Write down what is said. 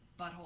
butthole